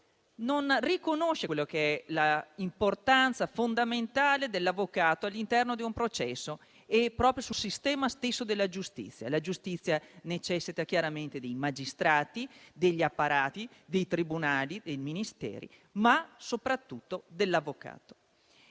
non riconoscendosi l'importanza fondamentale di tale figura all'interno di un processo e nel sistema stesso della giustizia. La giustizia necessita chiaramente dei magistrati, degli apparati, dei tribunali, dei Ministeri, ma soprattutto degli avvocati.